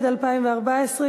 החוק התקבל.